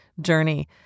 journey